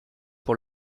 pour